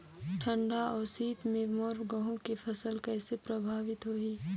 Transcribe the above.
ठंडा अउ शीत मे मोर गहूं के फसल कइसे प्रभावित होही?